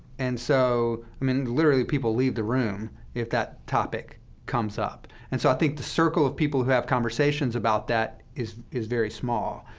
and so, i mean, literally, people leave the room if that topic comes up. and so i think the circle of people who have conversations about that is is very small,